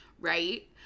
Right